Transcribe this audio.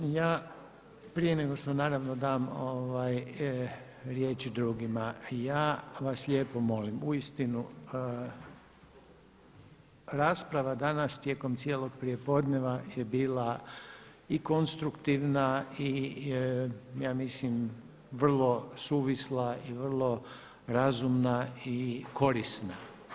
Ja, prije nego što naravno dam riječ drugima, ja vas lijepo molim, uistinu rasprava danas tijekom cijelog prijepodneva je bila i konstruktivna i ja mislim vrlo suvisla i vrlo razumna i vrlo korisna.